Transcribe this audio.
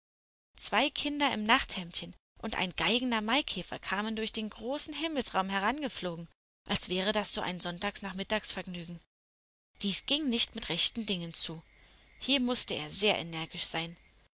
zwei kinder im nachthemdchen und ein geigender maikäfer kamen durch den großen himmelsraum herangeflogen als wäre das so ein sonntagnachmittags vergnügen dies ging nicht mit rechten dingen zu hier mußte er sehr energisch sein